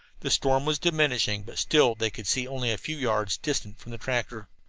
the storm was diminishing, but still they could see only a few yards distant from the tractor.